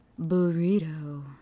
Burrito